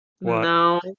No